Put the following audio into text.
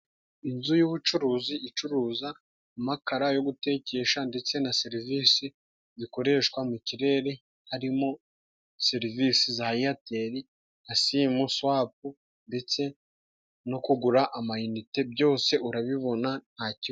Inzu y'ubucuruzi icuruza amakara yo gutekesha ndetse na serivisi zikoreshwa mu kirere, harimo serivisi za Eyateli na simuswapu ndetse no kugura amayinite byose urabibona ntakibazo.